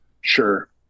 Sure